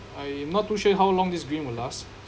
I'm not too sure how long this green will last